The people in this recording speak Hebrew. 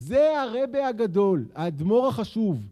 זה הרבה הגדול, האדמור החשוב